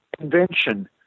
invention